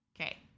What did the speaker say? Okay